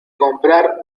comprar